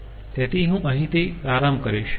તેથી હું અહીંથી પ્રારંભ કરીશ